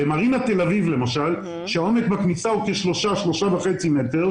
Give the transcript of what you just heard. במרינה תל אביב למשל העומק בכניסה או כשלושה-שלושה וחצי מטרים,